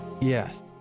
Yes